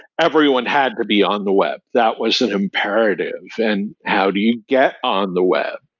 everyone had to be on the web. that was an imperative. and how do you get on the web?